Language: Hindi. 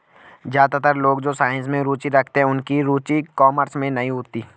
ज्यादातर लोग जो साइंस में रुचि रखते हैं उनकी रुचि कॉमर्स में नहीं होती